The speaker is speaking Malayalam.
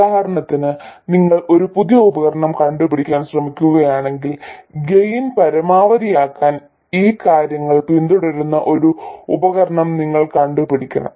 ഉദാഹരണത്തിന് നിങ്ങൾ ഒരു പുതിയ ഉപകരണം കണ്ടുപിടിക്കാൻ ശ്രമിക്കുകയാണെങ്കിൽ ഗെയിൻ പരമാവധിയാക്കാൻ ഈ കാര്യങ്ങൾ പിന്തുടരുന്ന ഒരു ഉപകരണം നിങ്ങൾ കണ്ടുപിടിക്കണം